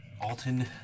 Alton